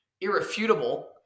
irrefutable